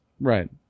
Right